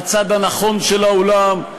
בצד הנכון של האולם,